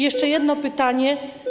Jeszcze jedno pytanie.